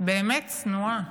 באמת צנועה,